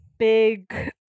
big